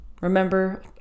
remember